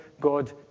God